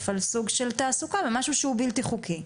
על סוג של תעסוקה במשהו שהוא בלתי חוקי.